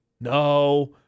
No